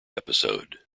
episode